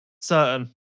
Certain